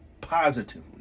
positively